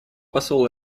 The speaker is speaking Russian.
посол